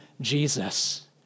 Jesus